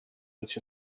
which